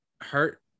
hurt